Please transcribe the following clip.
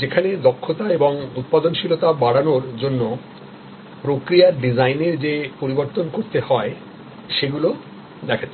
যেখানে দক্ষতা এবং উৎপাদনশীলতা বাড়ানোর জন্য প্রক্রিয়ার ডিজাইন যে ভাবে পরিবর্তন করতে হয় সেগুলো দেখাচ্ছে